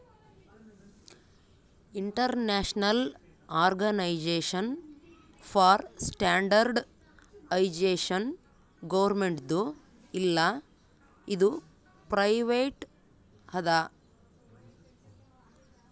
international organisation for standardisation ಗೌರ್ಮೆಂಟ್ದು ಇಲ್ಲ ಇದು ಪ್ರೈವೇಟ್ ಅದಾ